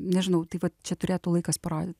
nežinau tai vat čia turėtų laikas parodyt